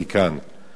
על-פי מקורות מהימנים,